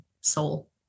soul